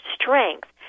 Strength